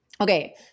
okay